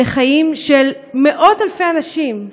לחיים של מאות-אלפי אנשים,